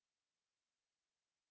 ya thank you bye bye